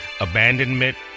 abandonment